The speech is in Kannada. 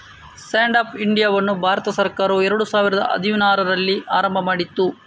ಸ್ಟ್ಯಾಂಡ್ ಅಪ್ ಇಂಡಿಯಾವನ್ನು ಭಾರತ ಸರ್ಕಾರವು ಎರಡು ಸಾವಿರದ ಹದಿನಾರರಲ್ಲಿ ಆರಂಭ ಮಾಡಿತು